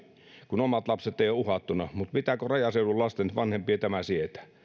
kun omat lapset eivät ole uhattuina mutta pitääkö rajaseudun lasten vanhempien tämä sietää